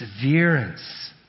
perseverance